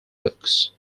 books